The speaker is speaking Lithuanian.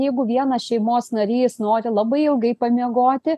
jeigu vienas šeimos narys nori labai ilgai pamiegoti